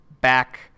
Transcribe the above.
back